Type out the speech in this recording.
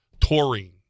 taurine